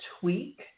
tweak